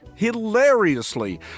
hilariously